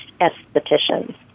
estheticians